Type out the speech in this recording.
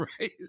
right